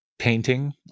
painting